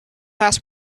ask